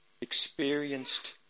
experienced